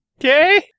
Okay